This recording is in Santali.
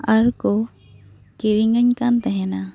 ᱟᱨᱠᱚ ᱠᱤᱨᱤᱧᱟᱹᱧ ᱠᱟᱱ ᱛᱟᱦᱮᱸᱱᱟ